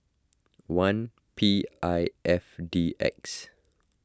one P I F D X